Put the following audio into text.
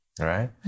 Right